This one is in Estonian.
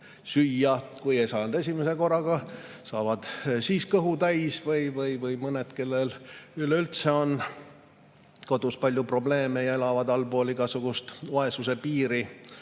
süüa, kui ei saanud esimese korraga kõhtu täis. Või mõned, kellel üleüldse on kodus palju probleeme ja elavad allpool igasugust vaesuse piiri